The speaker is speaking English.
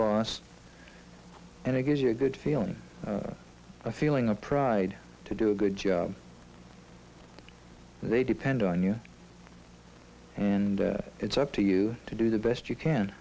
bross and it gives you a good feeling a feeling of pride to do a good job they depend on you and it's up to you to do the best you can